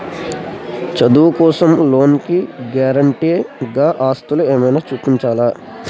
చదువు కోసం లోన్ కి గారంటే గా ఆస్తులు ఏమైనా చూపించాలా?